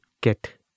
get